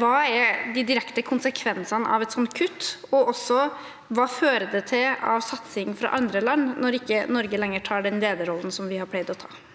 Hva er de direkte konsekvensene av et sånt kutt, og hva fører det til av satsing fra andre land når Norge ikke lenger tar den lederrollen som vi har pleid å ta?